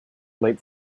late